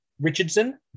Richardson